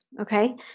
Okay